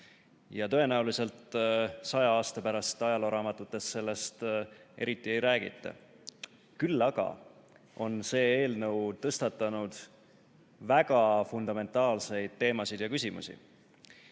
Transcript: ja tõenäoliselt saja aasta pärast ajalooraamatutes sellest eriti ei räägita. Küll aga on see eelnõu tõstatanud väga fundamentaalseid teemasid ja küsimusi.